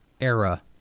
era